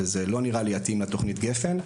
ולא נראה לי שזה יתאים לתכנית הגפ"ן.